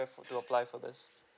to apply for this